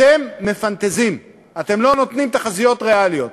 אתם מפנטזים, אתם לא נותנים תחזיות ריאליות.